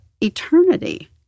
eternity